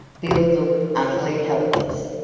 bill looked utterly helpless.